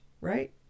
right